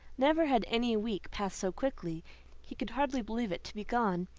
never had any week passed so quickly he could hardly believe it to be gone.